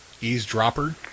eavesdropper